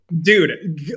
Dude